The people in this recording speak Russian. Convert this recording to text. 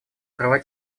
права